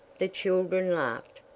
the children laughed,